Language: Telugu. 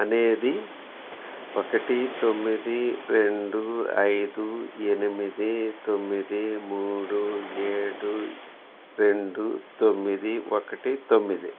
అనేది ఒకటి తొమ్మిది రెండు ఐదు ఎనిమిది తొమ్మిది మూడు ఏడు రెండు తొమ్మిది ఒకటి తొమ్మిది